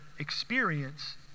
experience